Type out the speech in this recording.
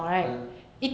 mm